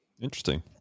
Interesting